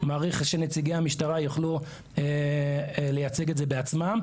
אני מעריך שנציגי המשטרה יוכלו לייצג את זה בעצמם.